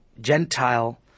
Gentile